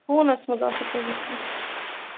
فونَس منٛز آسیو تۄہہِ وٕچھمُت